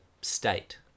state